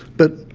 but,